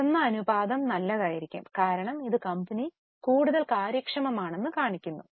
ഉയർന്ന അനുപാതം നല്ലതായിരിക്കും കാരണം ഇത് കമ്പനിയുടെ കൂടുതൽ കാര്യക്ഷമത കാണിക്കുന്നു